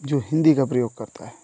जो हिन्दी का प्रयोग करता है